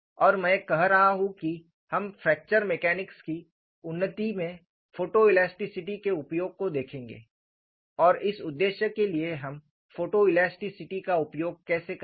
और मैं कह रहा हूं कि हम फ्रैक्चर मैकेनिक्स की उन्नति में फोटोएलास्टिसिटी के उपयोग को देखेंगे और इस उद्देश्य के लिए हम फोटोएलास्टिसिटी का उपयोग कैसे करेंगे